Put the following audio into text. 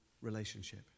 relationship